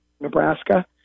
Nebraska